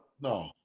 No